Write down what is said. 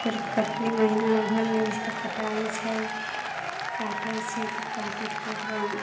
फेर कटनी महिना अगहनमे होइ छै तऽ कटाइ छै काटै छिए तऽ काटि उटिके ओकरा